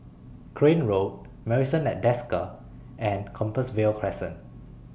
Crane Road Marrison At Desker and Compassvale Crescent